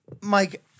Mike